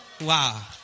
Wow